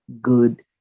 good